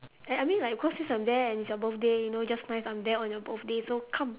and I mean like because since I'm there and it's your birthday and you know just nice I'm there on your birthday so come